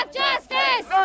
justice